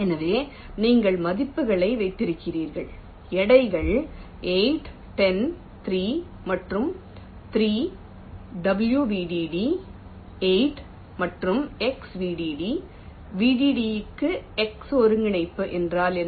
எனவே நீங்கள் மதிப்புகளை வைக்கிறீர்கள் எடைகள் 8 10 3 மற்றும் 3 w vdd 8 மற்றும் x vdd vdd க்கு x ஒருங்கிணைப்பு என்றால் என்ன